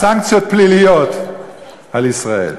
סנקציות פליליות על ישראל.